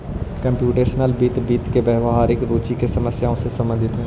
computational वित्त, वित्त में व्यावहारिक रुचि की समस्याओं से संबंधित हई